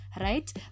right